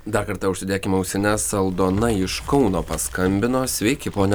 dar kartą užsidėkim ausines aldona iš kauno paskambino sveiki ponia